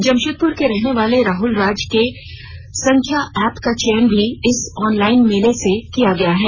जमशेदपुर के रहने वाले राहुल राज के संख्या ऐप का चयन भी इस ऑनलाईन मेले के लिए किया गया है